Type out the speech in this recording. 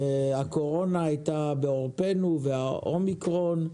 והקורונה הייתה בעורפינו, והאומיקרון,